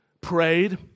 prayed